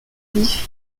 vif